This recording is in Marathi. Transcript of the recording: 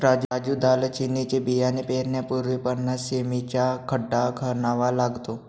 राजू दालचिनीचे बियाणे पेरण्यापूर्वी पन्नास सें.मी चा खड्डा खणावा लागतो